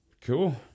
Cool